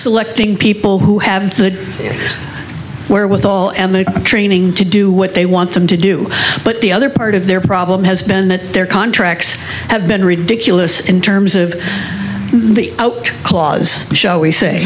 selecting people who have the wherewithal and the training to do what they want them to do but the other part of their problem has been that their contracts have been ridiculous in terms of the clause shall we say